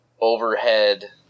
overhead